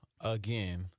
again